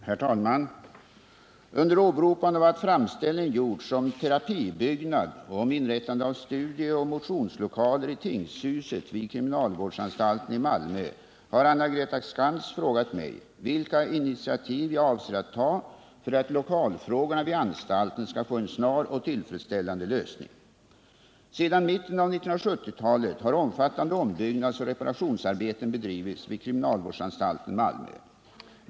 Herr talman! Under åberopande av att framställning gjorts om terapibyggnad och om inrättande av studieoch motionslokaler i tingshuset vid kriminalvårdsanstalten i Malmö har Anna-Greta Skantz frågat mig vilka initiativ jag avser att ta för att lokalfrågorna vid anstalten skall få en snar och tillfredsställande lösning. Sedan mitten av 1970-talet har omfattande ombyggnadsoch reparationsarbeten bedrivits vid kriminalvårdsanstalten i Malmö.